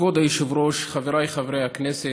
כבוד היושב-ראש, חבריי חברי הכנסת,